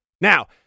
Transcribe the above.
Now